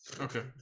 Okay